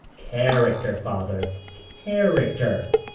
character, father, character.